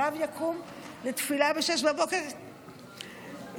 הרב יקום לתפילה ב-06:00 כרגיל,